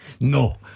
No